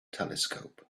telescope